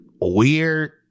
weird